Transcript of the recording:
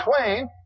Twain